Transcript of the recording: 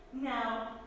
now